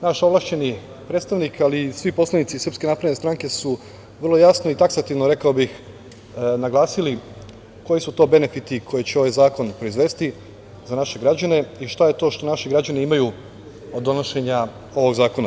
Naš ovlašćeni predstavnik, ali i svi poslanici SNS su vrlo jasno i taksativno, rekao bih, naglasili koji su to benefiti koje će ovaj zakon proizvesti za naše građane i šta je to što naši građani imaju od donošenja ovoga zakona.